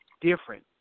different